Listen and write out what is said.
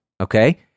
okay